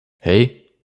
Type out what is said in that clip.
hei